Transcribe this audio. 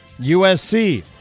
USC